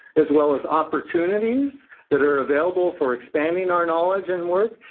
as well as opportunities that are available for expanding our knowledge and work,